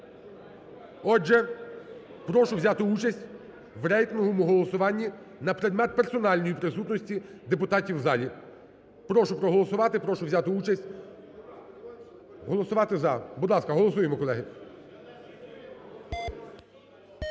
Отже, прошу взяти участь в рейтинговому голосуванні на предмет персональної присутності депутатів в залі. Прошу проголосувати і прошу взяти участь голосувати "за". Будь ласка, голосуємо, колеги.